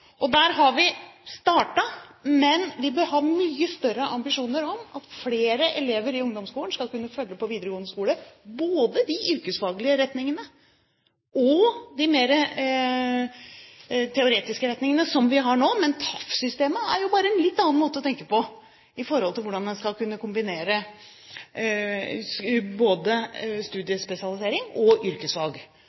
flere elever i ungdomsskolen til å følge med over på videregående skole, både til de yrkesfaglige retningene og til de mer teoretiske retningene som vi har nå. Men TAF-systemet er bare en litt annen måte å tenke på når det gjelder hvordan en skal kunne kombinere studiespesialisering og yrkesfag.